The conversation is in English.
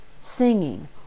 singing